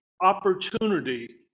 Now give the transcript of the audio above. opportunity